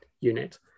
unit